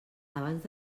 abans